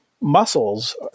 muscles